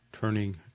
turning